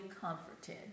comforted